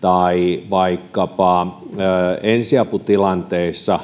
tai vaikkapa että ensiaputilanteissa